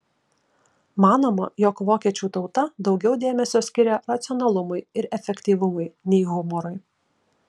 manoma jog vokiečių tauta daugiau dėmesio skiria racionalumui ir efektyvumui nei humorui